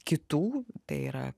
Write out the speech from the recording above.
kitų tai yra